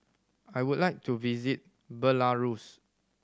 I would like to visit Belarus